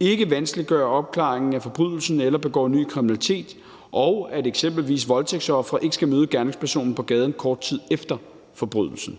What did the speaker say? ikke vanskeliggør opklaringen af forbrydelsen eller begår ny kriminalitet, og at eksempelvis voldtægtsofre ikke skal møde gerningspersonen på gaden kort tid efter forbrydelsen.